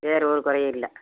வேறு ஒரு குறையும் இல்லை